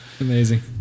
Amazing